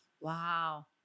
wow